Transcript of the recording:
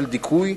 של דיכוי,